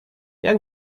jak